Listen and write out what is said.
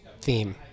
theme